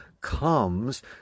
comes